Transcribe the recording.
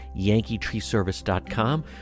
yankeetreeservice.com